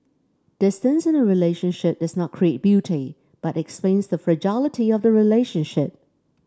distance in a relationship does not create beauty but it explains the fragility of the relationship